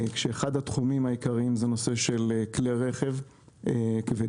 כשאחד התחומים העיקריים זה נושא של כלי רכב כבדים.